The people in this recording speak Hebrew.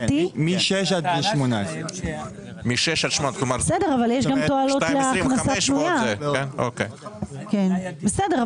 מ-6 עד גיל 18. בסדר,